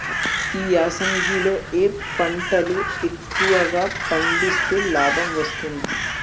ఈ యాసంగి లో ఏ పంటలు ఎక్కువగా పండిస్తే లాభం వస్తుంది?